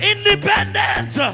Independent